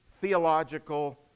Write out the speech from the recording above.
theological